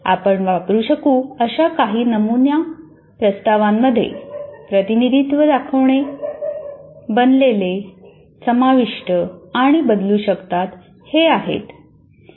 आपण वापरू शकू अशा काही नमुना प्रस्तावांमध्ये प्रतिनिधित्व दाखवणे बनलेले समाविष्ट आणि बदलू शकतात हे आहेत